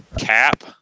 cap